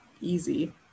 easy